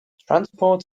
transport